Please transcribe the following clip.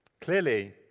Clearly